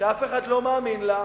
שאף אחד לא מאמין לה,